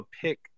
pick